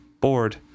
Bored